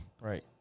Right